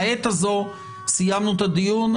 לעת הזאת סיימנו את הדיון.